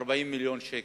40 מיליון שקל.